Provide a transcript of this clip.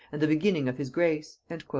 and the beginning of his grace.